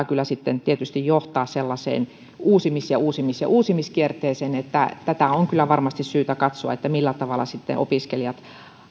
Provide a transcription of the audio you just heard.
kyllä tietysti johtaa sellaiseen uusimis ja uusimis ja uusimiskierteeseen tätä on kyllä varmasti syytä katsoa millä tavalla sitten opiskelijat